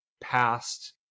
past